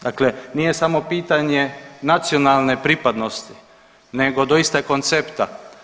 Dakle, nije samo pitanje nacionalne pripadnosti nego doista i koncepta.